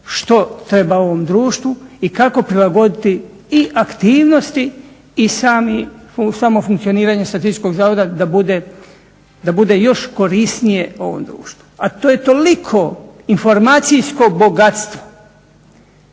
što treba ovom društvu i kako prilagoditi i aktivnosti i samo funkcioniranje Statističkog zavoda da bude još korisnije ovom društvu, a to je toliko informacijsko bogatstvo